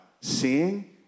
seeing